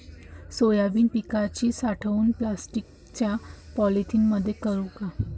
Soybean पिकाची साठवणूक प्लास्टिकच्या पोत्यामंदी करू का?